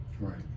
Right